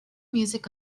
music